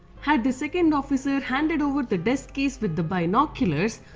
had the second officer handed over the desk keys with the binoculars,